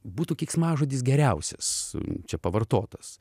būtų keiksmažodis geriausias čia pavartotas